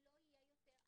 זה כבר לא יהיה 88,